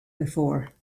before